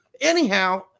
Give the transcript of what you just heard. Anyhow